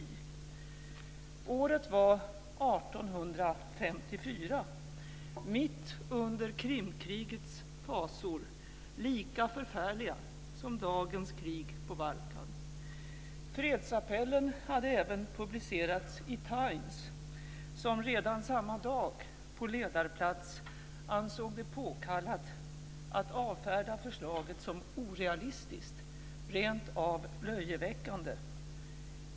Året var 1854 - mitt under Krimkrigets fasor, lika förfärliga som dagens krig på Balkan. Fredsappellen hade även publicerats i Times, som redan samma dag på ledarplats ansåg det påkallat att avfärda förslaget som orealistiskt, rent av löjeväckande.